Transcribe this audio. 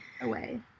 away